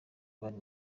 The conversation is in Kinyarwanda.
bari